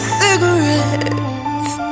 cigarettes